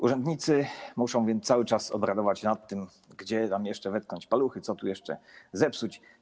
Urzędnicy muszą więc cały czas obradować nad tym, gdzie jeszcze wetknąć paluchy, co tu jeszcze zepsuć.